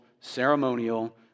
ceremonial